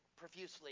profusely